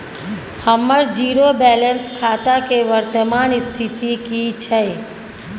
हमर zero balance खाता के वर्तमान स्थिति की छै?